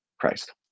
Christ